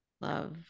love